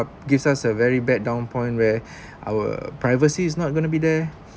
gives us a very bad down point where our privacy is not gonna be there